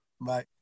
Bye